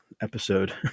episode